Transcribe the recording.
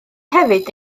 hefyd